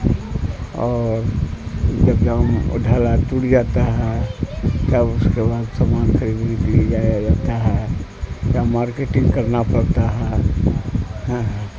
اور جب جاؤں وہ ڈھالا ٹوٹ جاتا ہے تب اس کے بعد سامان خریدنے کے لیے جایا جاتا ہے جب مارکیٹنگ کرنا پڑتا ہے ہاں ہاں